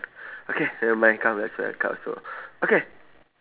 okay nevermind come let's find a card also okay